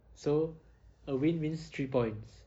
so a win means three points